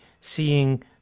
seeing